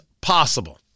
possible